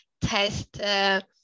test